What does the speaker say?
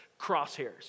crosshairs